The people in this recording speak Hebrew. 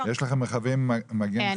יש לכם חוות חקלאיות?